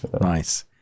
nice